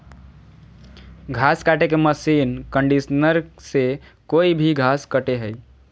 घास काटे के मशीन कंडीशनर से कोई भी घास कटे हइ